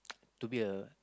to be a